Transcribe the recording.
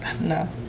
No